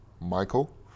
Michael